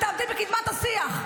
את תעמדי בקדמת השיח.